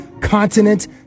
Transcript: continent